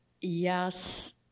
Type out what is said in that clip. yes